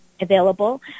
available